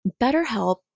BetterHelp